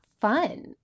fun